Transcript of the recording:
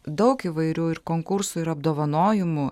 daug įvairių ir konkursų ir apdovanojimų